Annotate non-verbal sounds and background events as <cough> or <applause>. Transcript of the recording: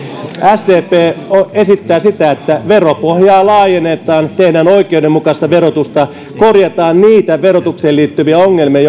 sdp esittää sitä että veropohjaa laajennetaan tehdään oikeudenmukaista verotusta korjataan niitä verotukseen liittyviä ongelmia <unintelligible>